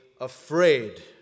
afraid